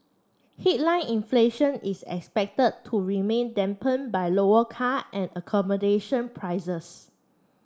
headline inflation is expected to remain dampen by lower car and accommodation prices